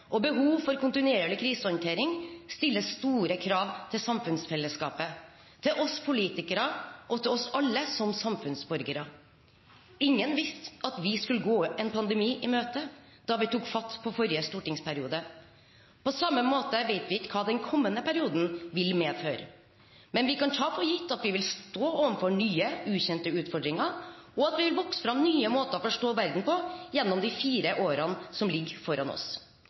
og behov for kontinuerlig krisehåndtering stiller store krav til samfunnsfellesskapet, oss politikere og oss alle, som samfunnsborgere. Ingen visste at vi skulle gå en pandemi i møte da vi tok fatt på forrige stortingsperiode. På samme måte vet vi ikke hva den kommende perioden vil medføre, men vi kan ta for gitt at vi vil stå overfor nye ukjente utfordringer, og at det vil vokse fram nye måter å forstå verden på gjennom de fire årene som ligger foran oss.